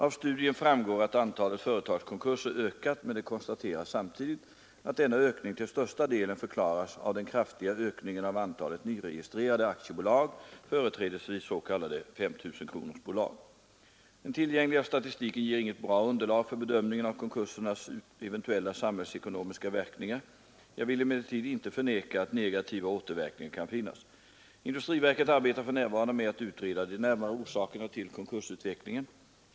Av studien framgår att antalet företagskonkurser ökat, men det konstateras samtidigt att denna ökning till största delen förklaras av den kraftiga ökningen av antalet nyregistrerade aktiebolag — företrädesvis s.k. 5 000-kronorsbolag. Den tillgängliga statistiken ger inget bra underlag för bedömningen av konkursernas eventuella samhällsekonomiska verkningar. Jag vill emellertid inte förneka att negativa återverkningar kan finnas. Industriverket arbetar för närvarande med att utreda de närmare orsakerna till konkursutvecklingen.